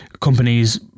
companies